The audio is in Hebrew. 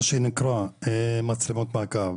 מה שנקרא מצלמות מעקב,